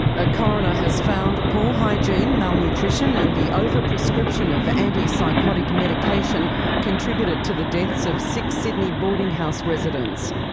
a coroner has found poor hygiene, malnutrition and the over-prescription of antipsychotic medication contributed to the deaths of six sydney boarding house residents.